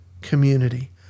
community